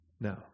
No